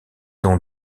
ont